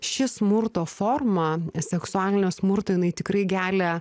ši smurto forma seksualinio smurto jinai tikrai gelia